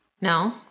No